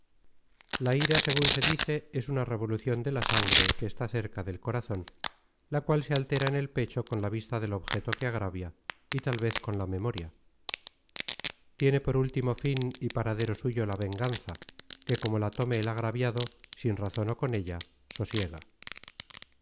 la ira segun se dice es una revolucion de la sangre que está cerca del corazon la cual se altera en el pecho con la vista del objeto que agravia y tal vez con la memoria tiene por último fin y paradero suyo la venganza que como la tome el agraviado sin razon ó con ella sosiega